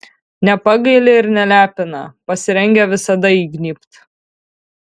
nepagaili ir nelepina pasirengę visada įgnybt